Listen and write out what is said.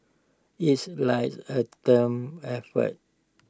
it's like A effort